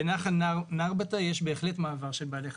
בנחל נרבתא יש בהחלט מעבר של בעלי חיים.